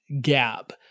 gap